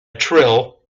trill